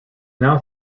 now